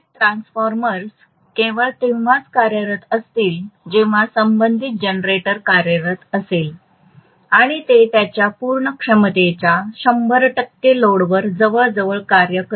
तर संबंधित ट्रान्सफॉर्मर्स केवळ तेव्हाच कार्यरत असतील जेव्हा संबंधित जनरेटर कार्यरत असेल आणि ते त्याच्या पूर्ण क्षमतेच्या 100 टक्के लोडवर जवळजवळ कार्य करेल